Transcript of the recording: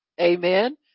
Amen